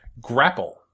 Grapple